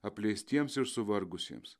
apleistiems ir suvargusiems